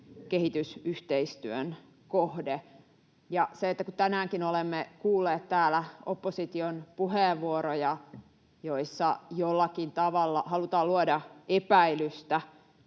kehitysyhteistyön kohde. Ja kun tänäänkin olemme kuulleet täällä opposition puheenvuoroja, joissa jollakin tavalla halutaan luoda epäilystä